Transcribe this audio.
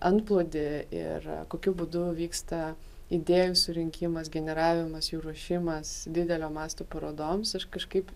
antplūdį ir kokiu būdu vyksta idėjų surinkimas generavimas jų ruošimas didelio masto parodoms aš kažkaip